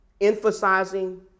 emphasizing